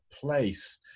place